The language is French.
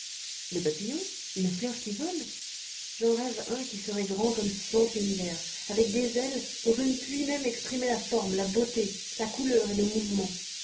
le papillon une fleur qui vole j'en rêve un qui serait grand comme cent univers avec des ailes dont je ne puis même exprimer la forme la beauté la couleur et le mouvement